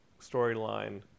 storyline